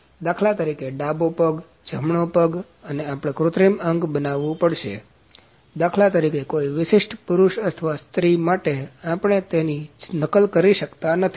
દાખલા તરીકે ડાબો પગ જમણો પગ અને આપણે કૃત્રિમ અંગ બનાવવું પડશે દાખલા તરીકે કોઈ વિશિષ્ટ પુરુષ અથવા સ્ત્રી માટે અને આપણે તેની નકલ કરી શકતા નથી